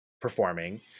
performing